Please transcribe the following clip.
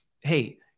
hey